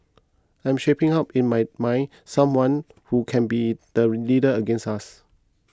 I am shaping up in my mind someone who can be the leader against us